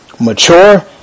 mature